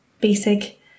basic